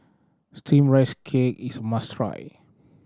Steamed Rice Cake is must try